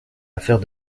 affaire